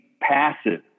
passive